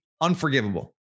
unforgivable